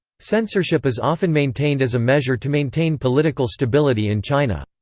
censorship is often maintained as a measure to maintain political stability in china.